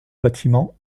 bâtiment